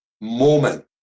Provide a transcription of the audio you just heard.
moment